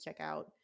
checkout